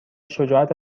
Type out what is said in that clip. شجاعت